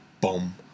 boom